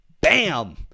Bam